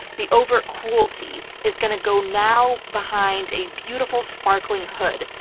the overt cruelty, is going to go now behind a beautiful, sparkling hood,